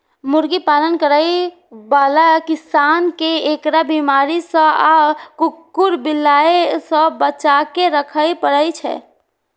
मुर्गी पालन करै बला किसान कें एकरा बीमारी सं आ कुकुर, बिलाय सं बचाके राखै पड़ै छै